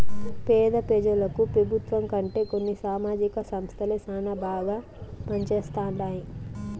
పేద పెజలకు పెబుత్వం కంటే కొన్ని సామాజిక సంస్థలే శానా బాగా పంజేస్తండాయి